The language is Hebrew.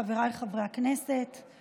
חבריי חברי הכנסת,